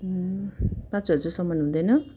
ए पाँच हजारसम्म हुँदैन